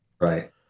Right